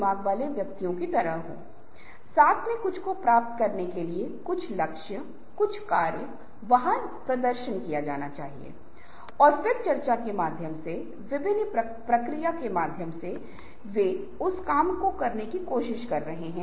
एक आवश्यक तथ्य ह है कि यदि आप अपने समय और कार्य पर जोर देने में असमर्थ हैं या नहीं और कार्य करते समय विभिन्न व्यवधान हैं